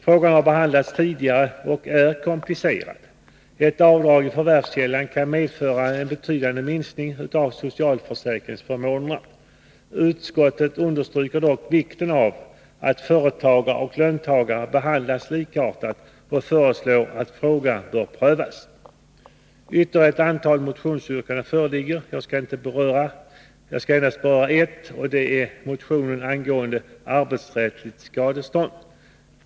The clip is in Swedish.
Frågan har behandlats tidigare och är komplicerad. Ett avdrag i förvärvskällan kan medföra en betydande minskning av socialförsäkringsförmånerna. Utskottet understryker dock vikten av att företagare och löntagare behandlas likartat och föreslår att frågan skall prövas. Ytterligare ett antal motionsyrkanden föreligger, men jag skall inte beröra dem alla. Jag skall bara beröra ett, och det är motionen angående arbetsrättsligt skadestånd.